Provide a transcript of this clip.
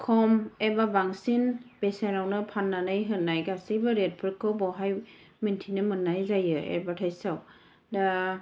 खम एबा बांसिन बेसेनावनो फाननानै होनाय गासैबो रेटफोरखौ बेवहाय मिनथिनो मोननाय जायो एदभार्टाइसआव दा